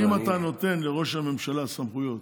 אם אתה נותן לראש הממשלה סמכויות,